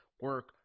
Work